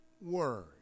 word